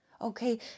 Okay